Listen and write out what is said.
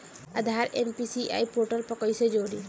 आधार NPCI portal पर कईसे जोड़ी?